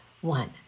one